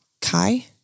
Kai